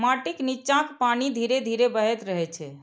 माटिक निच्चाक पानि धीरे धीरे बहैत रहै छै